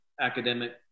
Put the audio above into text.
academic